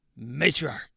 Matriarch